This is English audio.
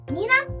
Nina